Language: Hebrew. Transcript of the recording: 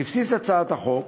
בבסיס הצעת החוק